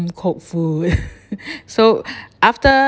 home cook food so after